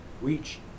reach